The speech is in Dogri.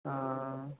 हां